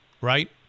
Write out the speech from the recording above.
right